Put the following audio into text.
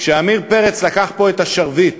כשעמיר פרץ לקח פה את השרביט